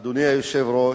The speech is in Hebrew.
אדוני היושב-ראש,